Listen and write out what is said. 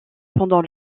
pendant